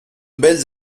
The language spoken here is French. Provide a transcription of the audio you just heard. belles